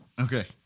Okay